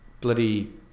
bloody